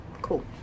cool